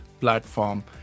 platform